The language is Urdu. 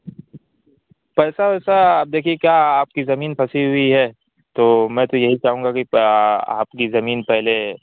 پیسہ ویسہ آپ دیکھیے کہ آپ کی زمین پھنسی ہوئی ہے تو میں تو یہی چاہوں گا کہ آپ کی زمین پہلے